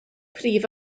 prif